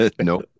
No